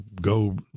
go